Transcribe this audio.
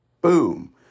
Boom